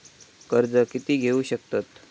कर्ज कीती घेऊ शकतत?